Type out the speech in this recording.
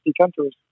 countries